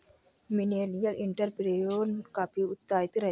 millennial entrepreneur काफी उत्साहित रहते हैं